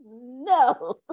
no